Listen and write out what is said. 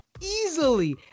easily